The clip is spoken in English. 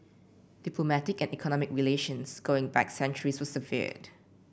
diplomatic and economic relations going back centuries were severed